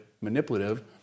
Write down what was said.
manipulative